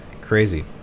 Crazy